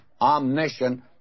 omniscient